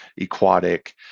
aquatic